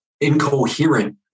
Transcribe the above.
incoherent